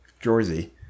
Jersey